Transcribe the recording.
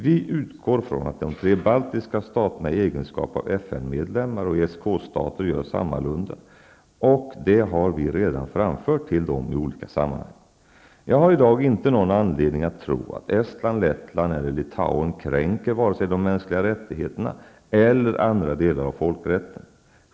Vi utgår från att de tre baltiska staterna i egenskap av FN-medlemmar och ESK-stater gör sammalunda, och det har vi redan framfört till dem i olika sammanhang. Jag har i dag inte någon anledning att tro att Estland, Lettland eller Litauen kränker vare sig de mänskliga rättigheterna eller andra delar av folkrätten.